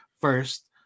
first